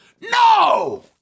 No